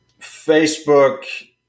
Facebook